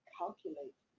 calculate